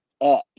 up